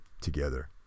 together